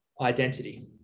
identity